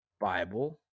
Bible